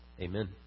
Amen